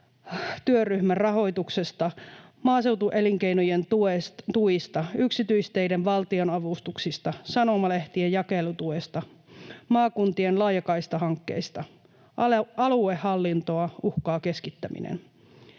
työryhmän rahoituksesta, maaseutuelinkeinojen tuista, yksityisteiden valtionavustuksista, sanomalehtien jakelutuesta, maakuntien laajakaistahankkeista. Aluehallintoa uhkaa keskittäminen.